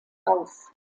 aus